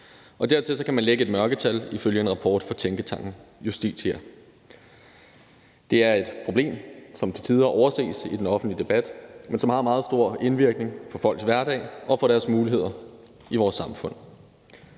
Dertil kan man lægge et mørketal ifølge en rapport fra tænketanken Justitia. Det er et problem, som til tider overses i den offentlige debat, men som har meget stor indvirkning på folks hverdag og på deres muligheder i vores samfund.